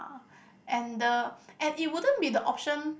and the and it wouldn't be the option